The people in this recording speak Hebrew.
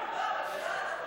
נכון, אנחנו נהנים לעשות את זה.